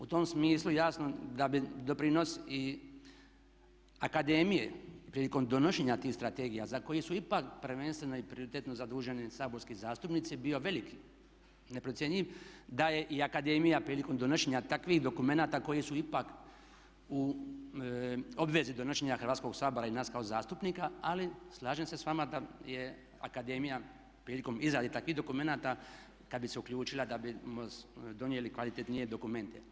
U tom smislu jasno da bi doprinos akademije prilikom donošenja tih strategija za koje su ipak prvenstveno i prioritetno zaduženi saborski zastupnici bio velik i neprocjenjiv da je i akademija prilikom donošenja takvih dokumenata koji su ipak u obvezi donošenja Hrvatskoga sabora i nas kao zastupnika ali slažem se s vama da je akademija prilikom izrade takvih dokumenata kada bi se uključila da bismo donijeli kvalitetnije dokumente.